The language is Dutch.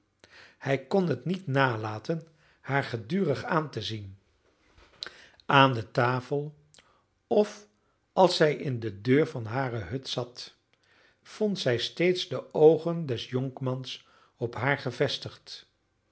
hij kon het niet nalaten haar gedurig aan te zien aan de tafel of als zij in de deur van hare hut zat vond zij steeds de oogen des jonkmans op haar gevestigd